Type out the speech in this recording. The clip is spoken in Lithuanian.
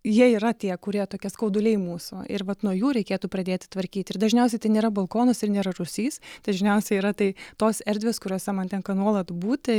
jie yra tie kurie tokie skauduliai mūsų ir vat nuo jų reikėtų pradėti tvarkyti ir dažniausiai tai nėra balkonas ir nėra rūsys dažniausiai yra tai tos erdvės kuriose man tenka nuolat būti